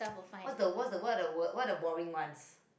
what's the what's the what are the what are the boring ones